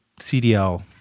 CDL